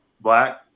Black